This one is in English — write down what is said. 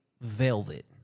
velvet